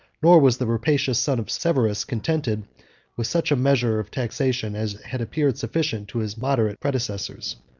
nor was the rapacious son of severus contented with such a measure of taxation as had appeared sufficient to his moderate predecessors.